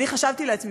אני חשבתי לעצמי,